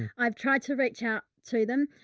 i've tried to reach out to them.